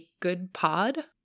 makegoodpod